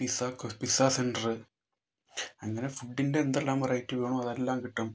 pizza കൊ pizza centre അങ്ങനെ ഫുഡിൻ്റെ എന്തെല്ലാം വെറൈറ്റികളാണോ അതെല്ലാം കിട്ടും